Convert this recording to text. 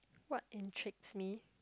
what intrigues me